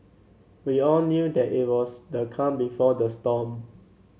we all knew that it was the calm before the storm